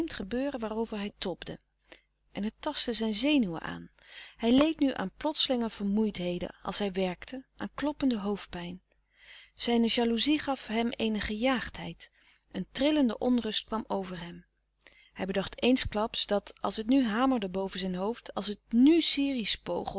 waarover hij tobde en het tastte zijn zenuwen aan hij leed nu aan plotselinge vermoeidheden als hij werkte aan kloppende hoofdpijn zijne jalouzie gaf hem eene gejaagdheid een trillende onrust kwam over hem hij bedacht eensklaps dat als het nu hamerde boven zijn hoofd als het